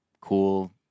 Cool